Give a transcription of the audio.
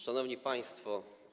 Szanowni Państwo!